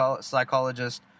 psychologist